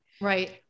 Right